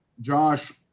Josh